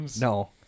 No